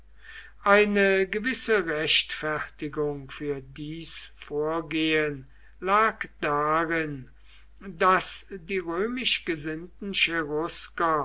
eine gewisse rechtfertigung für dies vorgehen lag darin daß die römisch gesinnten